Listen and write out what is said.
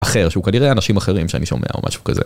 אחר שהוא כנראה אנשים אחרים שאני שומע או משהו כזה.